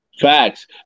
Facts